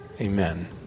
Amen